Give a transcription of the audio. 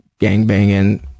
gangbanging